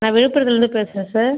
நான் விழுப்புரத்திலருந்து பேசுகிறேன் சார்